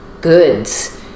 goods